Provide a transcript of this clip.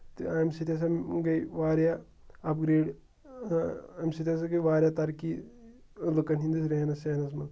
تہِ اَمہِ سۭتۍ ہَسا گٔے واریاہ اَپگرٛیڈ اَمہِ سۭتۍ ہَسا گٔے واریاہ ترقی لُکَن ہِنٛدِس رٮ۪ہنَس سٮ۪ہنَس مہ